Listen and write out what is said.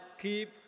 keep